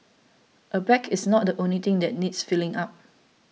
a bag is not the only thing that needs filling up